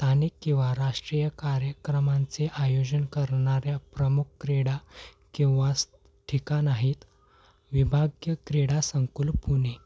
स्थानिक किंवा राष्ट्रीय कार्यक्रमांचे आयोजन करणाऱ्या प्रमुख क्रीडा किंवा ठिकाण आहेत विभाग क्रीडा संकुल पुणे